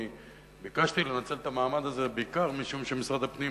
אני ביקשתי לנצל את המעמד הזה בעיקר משום שמשרד הפנים